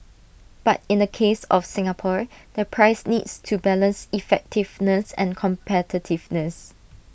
but in the case of Singapore the price needs to balance effectiveness and competitiveness